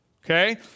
okay